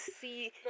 see